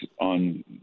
on